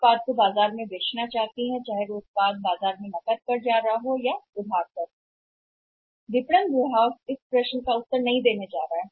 company बाजार में उत्पाद बेच रही है चाहे वह उत्पाद नकदी पर या बाजार में जाता हो क्रेडिट मार्केटिंग विभाग इस सवाल का जवाब देने वाला नहीं है